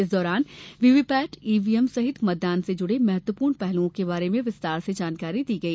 इस दौरान VVPAT EVM सहित मतदान से जुड़े महत्वपूर्ण पहलुओं के बारे में विस्तार से जानकारी दी गई